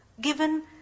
given